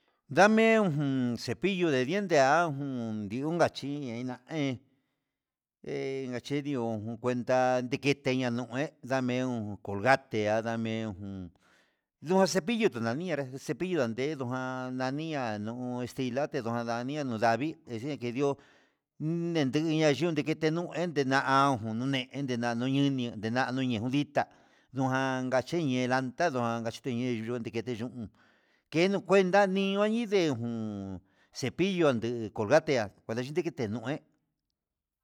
Ndame ujun cepillo de diente ajun ndiunkachí ñainaé, he achedio cuenta dike teñuu nuu né ndame un ngate ndame do cepillo ndina mi'e epillo dedo jan nania no extila te dundania ndunda ndavii nikenrió uun enteyina ndanue ndenena'a jun nde nena'a nayununi ndeyena nuni ejan ndita nunanchache nditenra, ndaka chine'e ndikera yu'un eno nguenta ñii añinde ujun cepillo de colgate ha nguakachite ndikenué.